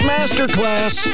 Masterclass